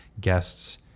guests